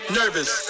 nervous